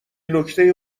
نکته